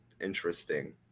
interesting